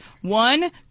One